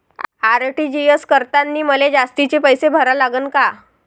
RTGS करतांनी मले जास्तीचे पैसे भरा लागन का?